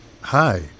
Hi